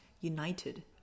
united